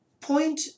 point